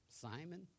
Simon